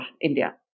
India